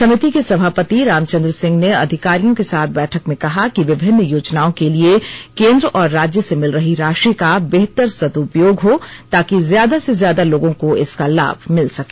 समिति के सभापति रामचंद्र सिंह ने अधिकारियों के साथ बैठक में कहा कि विभिन्न योजनाओं के लिए केंद्र और राज्य से मिल रही राशि का बेहतर सद्रपयोग हो ताकि ज्यादा से ज्यादा लोगों को इसका लाभ मिल सके